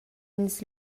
ins